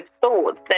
thoughts